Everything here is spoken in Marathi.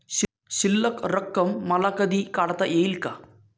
शिल्लक रक्कम मला कधी काढता येईल का?